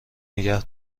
نگه